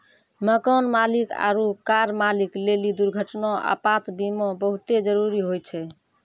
मकान मालिक आरु कार मालिक लेली दुर्घटना, आपात बीमा बहुते जरुरी होय छै